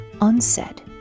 unsaid